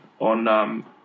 on